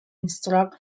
instruct